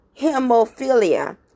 hemophilia